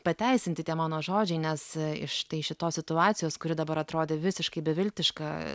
pateisinti tie mano žodžiai nes štai iš šitos situacijos kuri dabar atrodė visiškai beviltiška